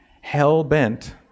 hell-bent